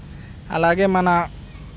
అలాగే మన